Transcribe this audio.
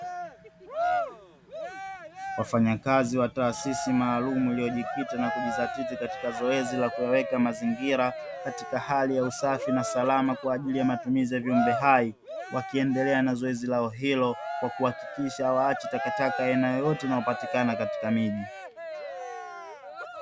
Wafanya kazi wa taasisi malaamu, iliyojikita na kujidhatiti katika zoezi la kuyaweka mazingira katika hali ya usafi na salama kwa ajili ya matumizi ya viumbe hai. Wakiendelea na zoezi lao hilo kwa kuhakikisha hawaachi takataka aina yoyote inayopatikana katika miji.